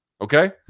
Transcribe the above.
Okay